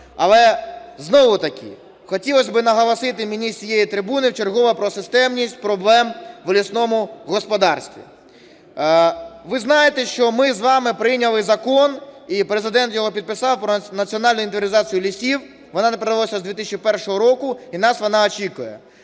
але знову-таки хотілося б наголосити мені з цієї трибуни вчергове про системність проблем в лісному господарстві. Ви знаєте, що ми з вами прийняли Закон і Президент його підписав, про національну інвентаризацію лісів. Вона не проводилась з 2001 року, і нас вона очікує.